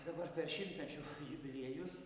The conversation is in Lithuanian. dabar per šimtmečių jubiliejus